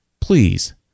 please